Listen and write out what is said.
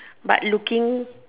but looking